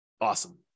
Awesome